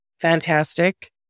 fantastic